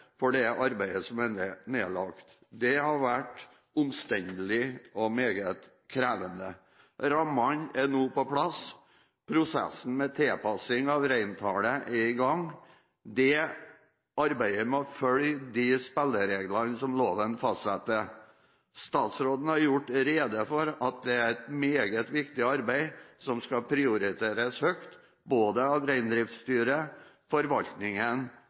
for det arbeidet som er nedlagt. Det har vært omstendelig og meget krevende. Rammene er nå på plass, og prosessen med tilpassing av reintallet er i gang – arbeidet med å følge de spillereglene som loven fastsetter. Statsråden har gjort rede for at det er et meget viktig arbeid som skal prioriteres høyt av både Reindriftsstyret, forvaltningen